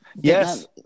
Yes